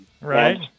Right